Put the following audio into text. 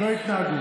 לא,